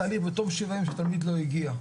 התהליך, תלמיד לא הגיע,